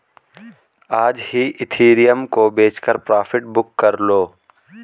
आज ही इथिरियम को बेचकर प्रॉफिट बुक कर लो